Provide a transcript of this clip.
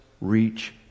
reach